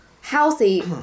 healthy